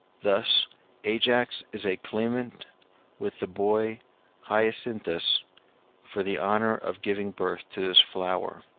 thus ajax is a claimant with the boy hyacinthus for the honor of giving birth to this flower.